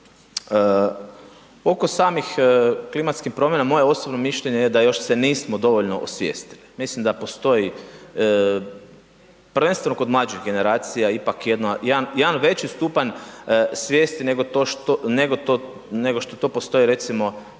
Oko samih klimatskih promjena, moje osobno mišljenje je da još se nismo dovoljno osvijestili, mislim da postoji, prvenstveno kod mlađih generacija ipak jedan veći stupanj svijesti nego što to postoji, recimo,